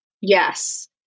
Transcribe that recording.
Yes